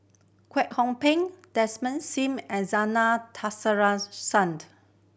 Kwek Hong Png Desmond Sim and Zena Tessensohn